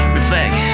reflect